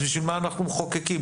לשם מה אנחנו מחוקקים את זה?